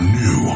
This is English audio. new